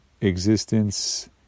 existence